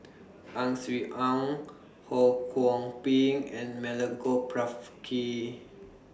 Ang Swee Aun Ho Kwon Ping and Milenko Prvacki